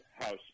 House